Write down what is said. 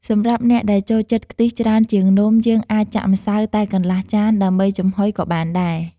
សម្រាប់អ្នកដែលចូលចិត្តខ្ទិះច្រើនជាងនំ យើងអាចចាក់ម្សៅតែកន្លះចាន ដើម្បីចំហុយក៏បានដែរ។